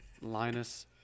Linus